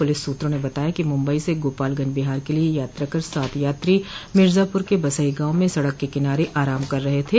police सूत्रों बताया कि मुंबई से गोपालगंज बिहार के लिए यात्रा कर सात यात्री मिर्जापूर के बसही गांव में सड़क के किनारे आराम कर रहे थे